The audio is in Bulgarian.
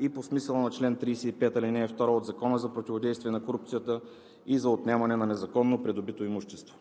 и по смисъла на чл. 35, ал. 2 от Закона за противодействие на корупцията и за отнемане на незаконно придобитото имущество.